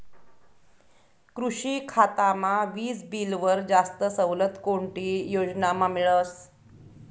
कृषी खातामा वीजबीलवर जास्त सवलत कोणती योजनामा मिळस?